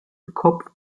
kopf